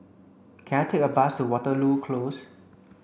can I take a bus to Waterloo Close